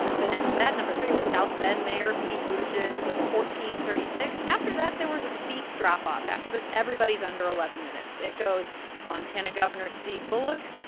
then after that, no. three, was south bend mayor pete buttigieg with fourteen thirty six. after that, there was a steep drop off. after this, everybody's under eleven minutes. it goes montana governor steve bullock,